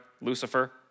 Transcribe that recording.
Lucifer